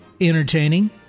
Entertaining